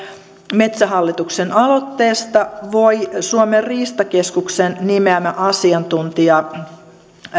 metsähallituksen aloitteesta voi suomen riistakeskuksen nimeämä asiantuntija